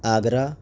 Agra